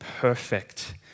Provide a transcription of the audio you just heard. perfect